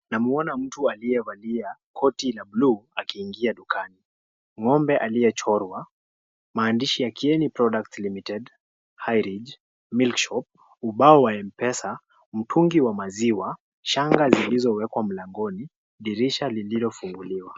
Namwona mtu aliyevalia koti la buluu akiingia dukani ng'ombe aliyechomwa maandishi kigeni dairy products limited milk shop ubao wa mpesa mtungi wa maziwa shanga zilizowekwa mlangoni dirisha lililofunguliwa .